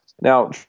Now